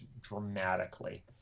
dramatically